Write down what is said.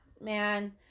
man